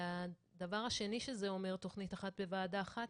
והדבר השני שזה אומר תכנית אחת בוועדה אחת